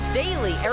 daily